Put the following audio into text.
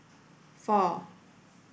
four